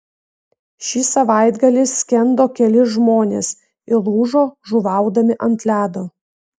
šį savaitgalį skendo keli žmonės įlūžo žuvaudami ant ledo